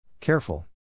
Careful